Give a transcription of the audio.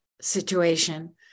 situation